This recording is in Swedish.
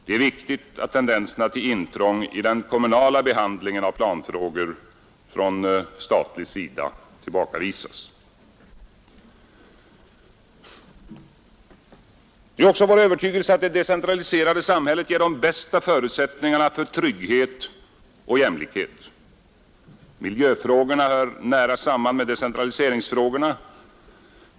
Det är viktigt att tendenserna till intrång i den kommunala behandlingen av planfrågor från statlig sida tillbakavisas. Det är också vår övertygelse att det decentraliserade samhället ger de bästa förutsättningarna för trygghet och jämlikhet. Miljöfrågorna hör nära samman med decentraliseringsfrågorna.